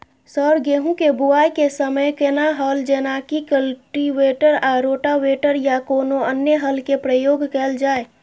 Sir गेहूं के बुआई के समय केना हल जेनाकी कल्टिवेटर आ रोटावेटर या कोनो अन्य हल के प्रयोग कैल जाए?